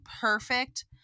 perfect